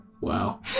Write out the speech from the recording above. Wow